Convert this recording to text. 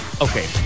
Okay